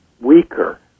weaker